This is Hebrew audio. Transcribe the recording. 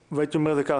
והייתי אומר את זה כך.